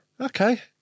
Okay